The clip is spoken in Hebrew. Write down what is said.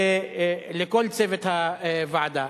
ולכל צוות הוועדה.